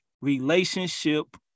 relationship